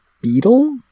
beetle